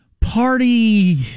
Party